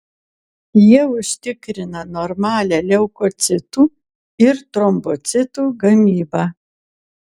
jie užtikrina normalią leukocitų ir trombocitų gamybą